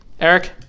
Eric